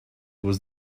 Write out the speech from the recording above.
was